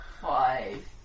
Five